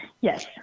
Yes